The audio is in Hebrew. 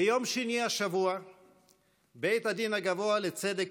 ביום שני השבוע בית הדין הגבוה לצדק